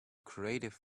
crative